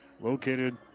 located